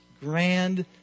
grand